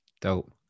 Dope